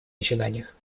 начинаниях